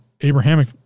Abrahamic